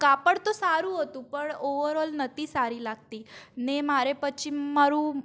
કાપડ તો સારું હતું પણ ઓવરઓલ નહોતી સારી લાગતી ને મારે પછી મારું